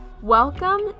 welcome